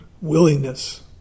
willingness